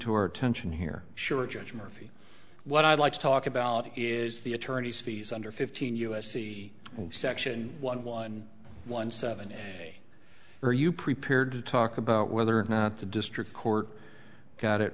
to our attention here sure judge murphy what i'd like to talk about is the attorneys fees under fifteen u s c section one one one seven and they are you prepared to talk about whether or not the district court got it